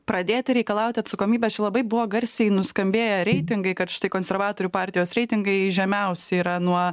pradėti reikalauti atsakomybės čia labai buvo garsiai nuskambėję reitingai kad štai konservatorių partijos reitingai žemiausi yra nuo